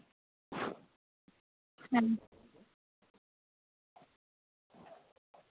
ᱦᱩᱸ